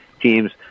teams